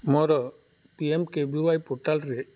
ମୋର ପିଏମ୍କେବିୱାଇ ପୋର୍ଟାଲ୍ରେ